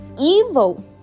Evil